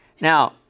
Now